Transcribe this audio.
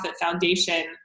foundation